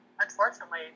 unfortunately